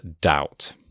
doubt